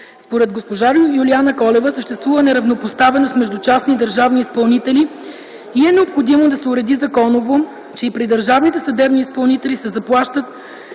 Според госпожа Юлияна Колева съществува неравнопоставеност между частни и държавни изпълнители и е необходимо да се уреди законово, че и при държавните съдебни изпълнители се заплащат